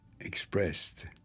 expressed